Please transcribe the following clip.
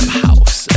house